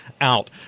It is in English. out